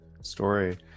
story